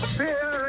fear